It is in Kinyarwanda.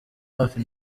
hafi